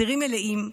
סירים מלאים,